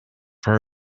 her